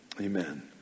amen